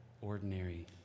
ordinary